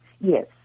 Yes